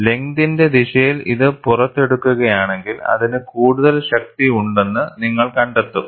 ലെങ്തിന്റെ ദിശയിൽ ഇത് പുറത്തെടുക്കുകയാണെങ്കിൽ അതിന് കൂടുതൽ ശക്തി ഉണ്ടെന്ന് നിങ്ങൾ കണ്ടെത്തും